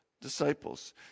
disciples